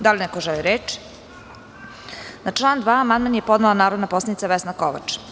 Da li neko želi reč? (Ne.) Na član 2. amandman je podnela narodna poslanica Vesna Kovač.